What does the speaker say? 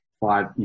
five